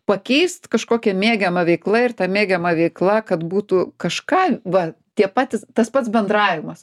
pakeist kažkokia mėgiama veikla ir ta mėgiama veikla kad būtų kažką va tie patis tas pats bendravimas